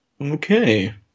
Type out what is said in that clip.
Okay